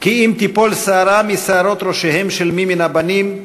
כי אם תיפול שערה משערות ראשיהם של מי מהבנים,